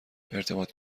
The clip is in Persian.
ارتباط